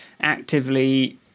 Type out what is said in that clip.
actively